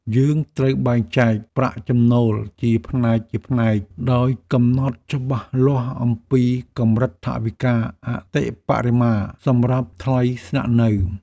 យើងត្រូវបែងចែកប្រាក់ចំណូលជាផ្នែកៗ ដោយកំណត់ច្បាស់លាស់អំពីកម្រិតថវិកាអតិបរមាសម្រាប់ថ្លៃស្នាក់នៅ។